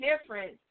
difference